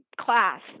class